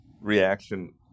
reaction